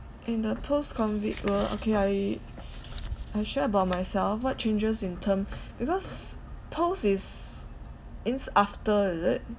in the post COVID world okay I I share about myself what changes in term because post is means after is it